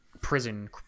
prison